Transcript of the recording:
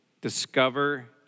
discover